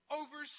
over